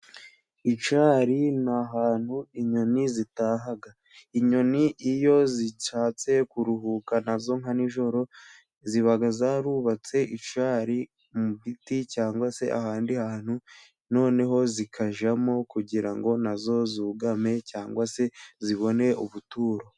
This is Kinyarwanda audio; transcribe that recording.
Icyari ni ahantu inyoni zitaha inyoni iyo zishatse kuruhuka nazo nka nijoro ziba zarubatse icyari mu giti, cyangwa se ahandi hantu noneho zikajyamo kugira ngo nazo zugame cyangwa se zibone ubuturo.